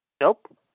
Nope